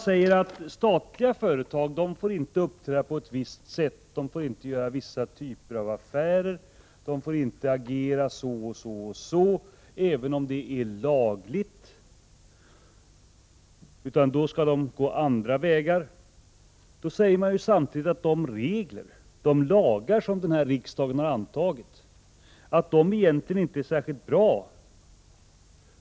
Säger man att statliga 153 företag inte får uppträda på ett visst sätt, inte göra vissa typer av affärer, inte agera så och så — även om det är lagligt, utan de skall gå andra vägar —, säger man samtidigt att de regler och lagar som riksdagen har antagit egentligen inte är särskilt bra.